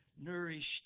nourished